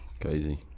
Crazy